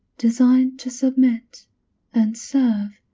designed to submit and serve,